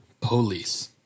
police